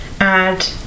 add